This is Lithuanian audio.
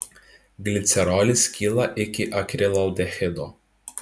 glicerolis skyla iki akrilaldehido